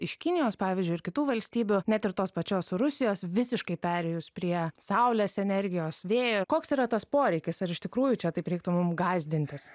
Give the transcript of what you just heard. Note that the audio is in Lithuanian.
iš kinijos pavyzdžiu ir kitų valstybių net ir tos pačios rusijos visiškai perėjus prie saulės energijos vėjo koks yra tas poreikis ar iš tikrųjų čia taip reiktų mum gąsdintis